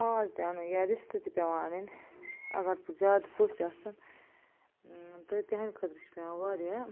ماز تہِ اںُن یا رِستہٕ تہِ پیٚوان انٕنۍ اگر وۄنۍ زیادٕ پٔژھۍ آسن تہٕ تٕہنٛدِ خٲطرٕ چھِ پیٚوان واریاہ